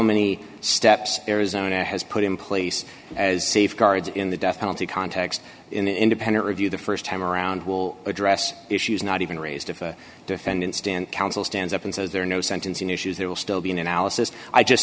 many steps arizona has put in place as safeguards in the death penalty context independent review the st time around will address issues not even raised if a defendant stand counsel stands up and says there are no sentencing issues there will still be an analysis i just